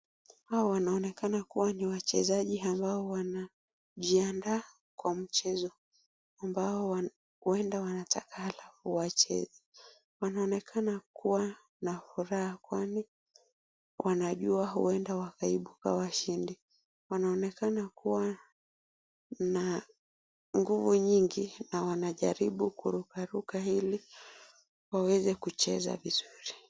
Hawa wanaonekana kuwa ni wachezaji ambao wanajiandaa kwa mchezo ambao huenda wanataka wacheze. Wanaonekana kuwa na furaha kwani wanajua huenda wakaibuka washindi. Wanaonekana kuwa na nguvu nyingi na wanajaribu kukaruka ili waweze kucheze vizuri.